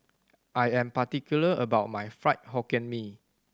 I am particular about my Fried Hokkien Mee